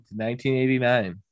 1989